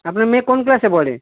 আপনার মেয়ে কোন ক্লাসে পড়ে